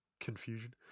confusion